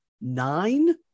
nine